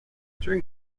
during